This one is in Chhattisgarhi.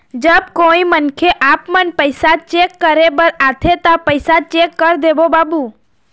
जब कोई मनखे आपमन पैसा चेक करे बर आथे ता पैसा चेक कर देबो बाबू?